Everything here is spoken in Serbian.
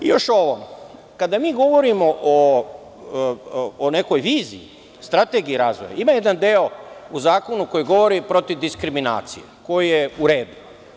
Još ovo, kada mi govorimo o nekoj viziji, strategiji razvoja, ima jedan deo u zakonu koji govori protiv diskriminacije, koji je u redu.